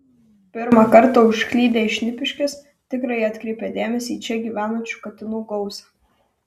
pirmą kartą užklydę į šnipiškes tikrai atkreipia dėmesį į čia gyvenančių katinų gausą